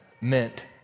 meant